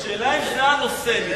השאלה אם זה הנושא, ניצן.